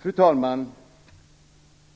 Fru talman!